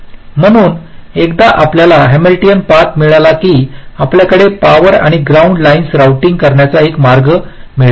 म्हणून एकदा आपल्याला हॅमिल्टोनियन पाथ मिळाला की आपल्याकडे पॉवर आणि ग्राउंड लाईन्स रोऊटिंग करण्याचा एक मार्ग मिळेल